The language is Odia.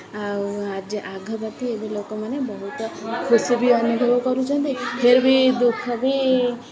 ଆଉ ଆଜି ଆଗ ପ୍ରତି ଏବେ ଲୋକମାନେ ବହୁତ ଖୁସି ବି ଅନୁଭବ କରୁଛନ୍ତି ଫେର୍ବି ଦୁଃଖ ବି